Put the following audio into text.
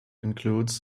includes